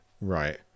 Right